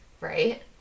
Right